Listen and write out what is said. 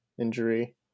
injury